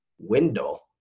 window